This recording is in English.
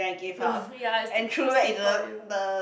oh ya it's too too sweet for you